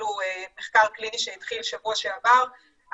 אפילו מחקר קליני שהתחיל בשבוע שעבר,